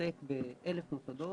מתעסק ב-1,000 מוסדות,